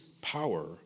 power